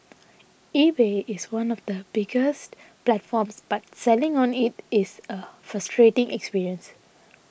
eBay is one of the biggest platforms but selling on it is a frustrating experience